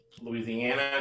Louisiana